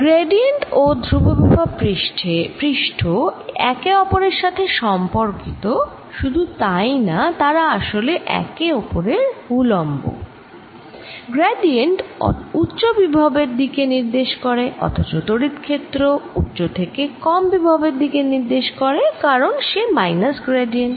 gradient ও ধ্রুববিভব পৃষ্ঠ একে ওপরের সাথে সম্পর্কিত শুধু তাই না তারা আসলে একে ওপরের উলম্ব গ্র্যাডিয়েন্ট উচ্চ বিভবের দিকে নির্দেশ করে অথচ তড়িৎ ক্ষেত্র উচ্চ থেকে কম বিভবের দিকে নির্দেশ করে কারণ সে মাইনাস গ্র্যাডিয়েন্ট